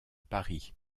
paris